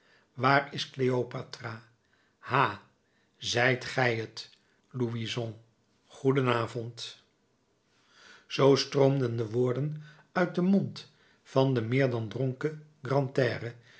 waar is cleopatra ha zijt gij t louison goeden avond zoo stroomden de woorden uit den mond van den meer dan dronken